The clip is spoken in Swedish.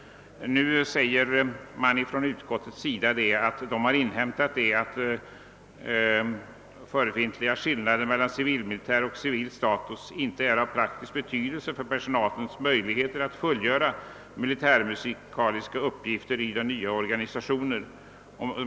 Nu säger man från utskottets sida att man inhämtat att förefintliga skillnader mellan civilmilitär och civil status inte är av praktisk betydelse för personalens möjligheter att fullgöra militärmusikaliska uppgifter i den nya organisationen.